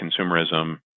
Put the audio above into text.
consumerism